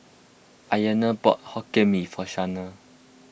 Iona bought Hokkien Mee for Shanae